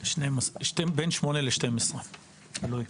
בין שמונה ל-12 שעות ליום.